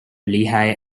lehigh